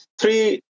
Three